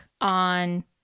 on